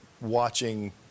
watching